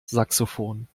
saxophon